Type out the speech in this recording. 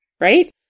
Right